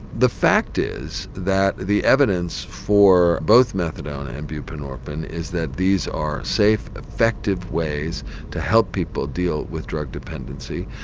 the fact is that the evidence for both methadone and buprenorphine is that these are safe, effective ways to help people deal with drug dependency,